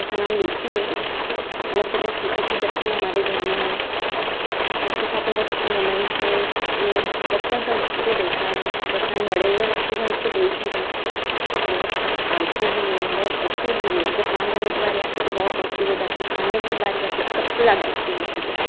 उसका नाम लूसी है लब जब मैं छोटी थी जब से वह हमारे घर में है उसके साथ में बहुत अच्छे मोमेंट्स हैं बचपन से उसको देखा है जब से हम बड़े हुए हैं जब से ही हम उसको देख ही रहे हैं बहुत आलसी भी है बहुत एक्टिव भी है जब काम करने की बारी आती है तो बहुत एक्टिव हो जाती है खाने की बारी आती है तो सबसे ज़्यादा एक्टिव होती है